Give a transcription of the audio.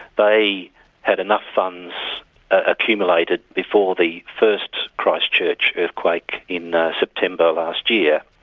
they had enough funds accumulated before the first christchurch earthquake in september last year.